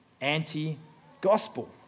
Anti-gospel